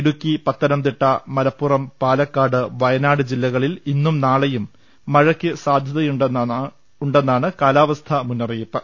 ഇടുക്കി പത്തനംതിട്ട മലപ്പുറം പാലക്കാട് വയനാട് ജില്ലക ളിൽ ഇന്നും നാളെയും മഴയ്ക്ക് സാധ്യതയുണ്ടെന്നാണ് കാലാവസ്ഥാ മുന്നറിയിപ്പ്